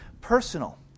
personal